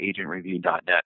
agentreview.net